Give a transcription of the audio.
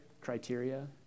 criteria